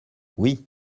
oui